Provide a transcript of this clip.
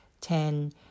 Ten